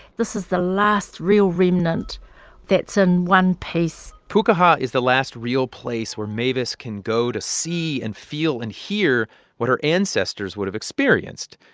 this is the last real remnant that's in one piece pukaha is the last real place where mavis can go to see and feel and hear what her ancestors would've experienced.